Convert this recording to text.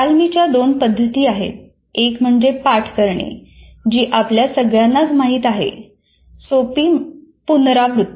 तालमीच्या दोन पद्धती आहेत एक म्हणजे पाठ करणे जी आपल्या सगळ्यांनाच माहीत आहे सोपी पुनरावृत्ती